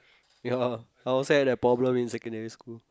ya lah I also had that problem in secondary school